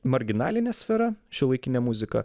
marginalinė sfera šiuolaikinė muzika